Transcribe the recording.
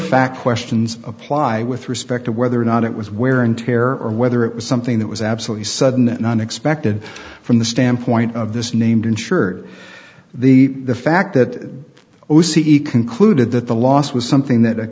fact questions apply with respect to whether or not it was wear and tear or whether it was something that was absolutely sudden and unexpected from the standpoint of this named insured the fact that o c e concluded that the loss was something that